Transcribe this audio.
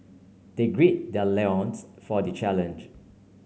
they gird their loins for the challenge